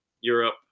Europe